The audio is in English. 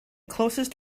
closest